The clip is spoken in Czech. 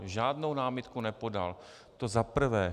Žádnou námitku nepodal, za prvé.